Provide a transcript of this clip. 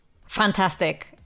Fantastic